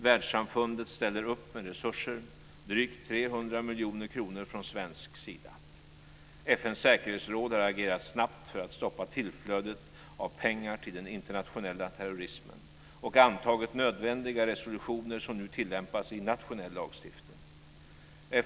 Världssamfundet ställer upp med resurser - drygt 300 miljoner kronor från svensk sida. FN:s säkerhetsråd har agerat snabbt för att stoppa tillflödet av pengar till den internationella terrorismen och antagit nödvändiga resolutioner som nu tillämpas i nationell lagstiftning.